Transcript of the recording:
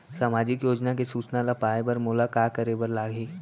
सामाजिक योजना के सूचना ल पाए बर मोला का करे बर लागही?